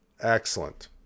Excellent